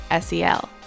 SEL